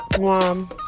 mom